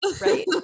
Right